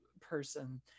person